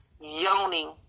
yawning